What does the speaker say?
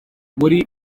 muri